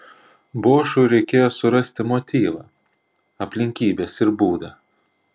bošui reikėjo surasti motyvą aplinkybes ir būdą